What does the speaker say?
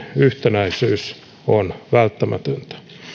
yhtenäisyys on välttämätöntä